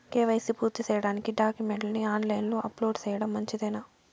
KYC పూర్తి సేయడానికి డాక్యుమెంట్లు ని ఆన్ లైను లో అప్లోడ్ సేయడం మంచిదేనా?